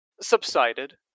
subsided